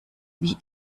wie